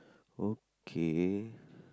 okay